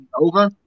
over